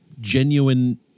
genuine